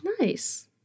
Nice